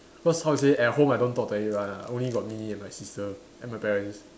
cause how to say at home I don't talk to anyone ah only got me and my sister and my parents